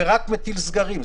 ורק מטיל סגרים.